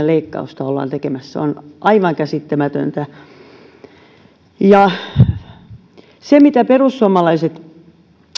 leikkausta tekemässä se on aivan käsittämätöntä mitä tulee siihen mitä perussuomalaiset